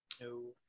No